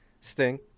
Sting